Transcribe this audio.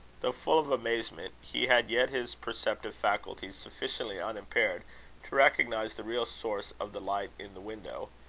though full of amazement, he had yet his perceptive faculties sufficiently unimpaired to recognise the real source of the light in the window.